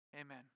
Amen